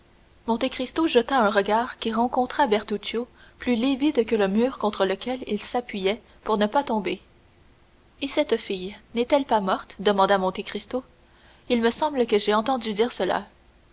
versailles monte cristo jeta un regard qui rencontra bertuccio plus livide que le mur contre lequel il s'appuyait pour ne pas tomber et cette fille n'est-elle pas morte demanda monte cristo il me semble que j'ai entendu dire cela